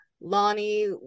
Lonnie